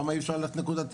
למה אי אפשר ללכת נקודתית?